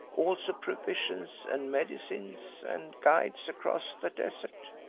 also provisions and medicines, and guides across the desert.